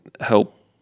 help